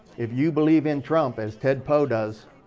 if you believe in trump, as ted poe does,